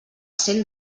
cent